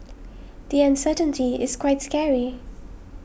the uncertainty is quite scary